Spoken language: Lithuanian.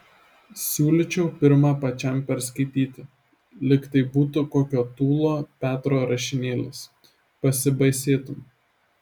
siūlyčiau pirma pačiam perskaityti lyg tai būtų kokio tūlo petro rašinėlis pasibaisėtum